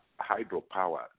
hydropower